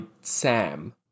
Sam